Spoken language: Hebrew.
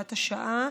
והוראות שעה).